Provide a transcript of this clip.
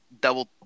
double